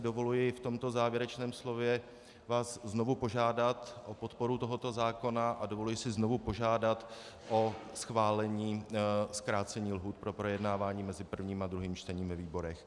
Dovolím si v tomto závěrečném slově vás znovu požádat o podporu tohoto zákona a dovoluji si znovu požádat o schválení zkrácení lhůt pro projednávání mezi prvním a druhým čtením ve výborech.